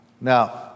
Now